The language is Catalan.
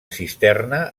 cisterna